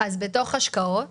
בתוך השקעות,